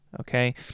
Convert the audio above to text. okay